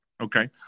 Okay